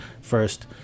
first